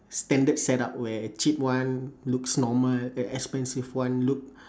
standard setup where cheap one looks normal expensive one look